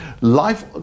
life